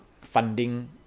funding